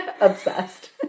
obsessed